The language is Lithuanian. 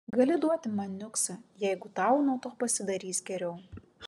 gali duoti man niuksą jeigu tau nuo to pasidarys geriau